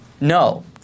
No